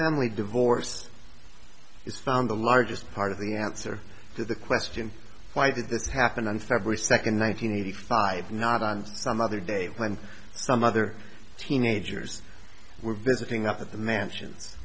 family divorce is found the largest part of the answer to the question why did this happen on february second one nine hundred eighty five not on some other day when some other teenagers were visiting up at the mansions